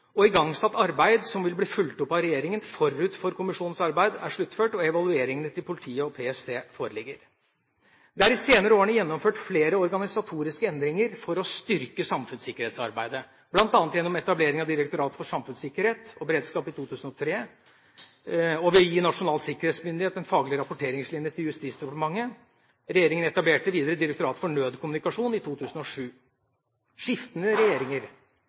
og igangsatt arbeid vil bli fulgt opp av regjeringa før kommisjonens arbeid er sluttført og evalueringene til politiet og PST foreligger. Det er de senere årene gjennomført flere organisatoriske endringer for å styrke samfunnssikkerhetsarbeidet, bl.a. gjennom etableringen av Direktoratet for samfunnssikkerhet og beredskap i 2003 og ved å gi Nasjonal sikkerhetsmyndighet en faglig rapporteringslinje til Justisdepartementet. Regjeringa etablerte videre Direktoratet for nødkommunikasjon i 2007. Skiftende regjeringer